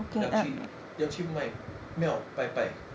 要去要去卖庙拜拜